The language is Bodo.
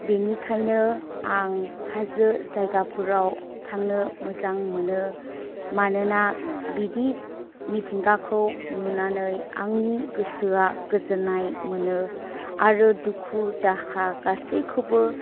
बेनिखायनो आं हाजो जायगाफोराव थांनो मोजां मोनो मानोना बिदि मिथिंगाखौ नुनानै आंनि गोसोआ गोजोननाय मोनो आरो दुखु दाहा गासैखौबो